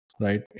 right